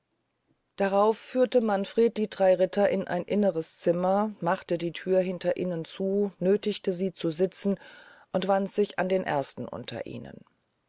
darauf führte manfred die drey ritter in ein inneres zimmer machte die thür hinter ihnen zu nöthigte sie zu sitzen und wandte sich an den ersten unter ihnen